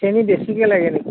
চেনী বেছিকৈ লাগে নেকি